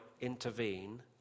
intervene